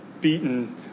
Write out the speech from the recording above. beaten